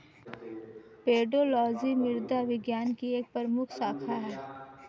pedology मृदा विज्ञान की एक प्रमुख शाखा है